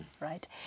right